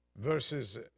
verses